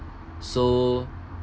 so